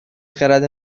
خرد